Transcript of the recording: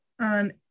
on